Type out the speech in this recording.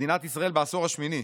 מדינת ישראל בעשור השמיני,